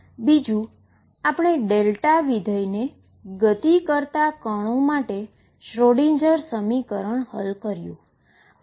બીજુ આપણે δ ફંકશનમાં ગતિ કરતા પાર્ટીકલ માટે શ્રોડિંજર સમીકરણ હલ કર્યું